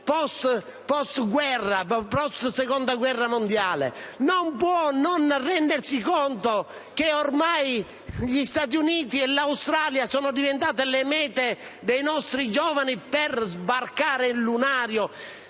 i livelli del secondo dopoguerra non può non rendersi conto che ormai gli Stati Uniti e l'Australia sono diventati la meta dei nostri giovani per sbarcare il lunario.